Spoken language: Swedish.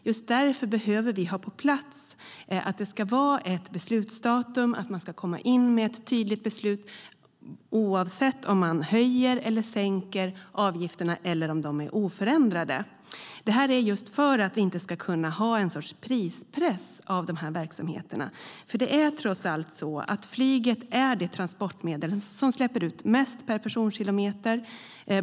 Just därför behöver vi få på plats att det ska finnas ett beslutsdatum och att det ska lämnas in ett tydligt beslut oavsett höjning eller sänkning av avgifterna eller om de är oförändrade. Det är för att det inte ska finnas en prispress på verksamheterna. Flyget är trots allt det transportmedel som släpper ut mest per personkilometer.